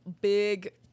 big